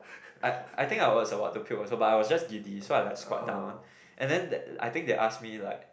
I I think I was about to puke also but I was just giddy so I like squat down and then they ask me like